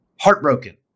heartbroken